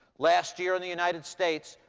last year in the united states,